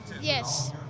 Yes